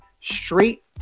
straight